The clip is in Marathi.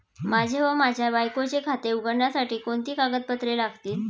माझे व माझ्या बायकोचे खाते उघडण्यासाठी कोणती कागदपत्रे लागतील?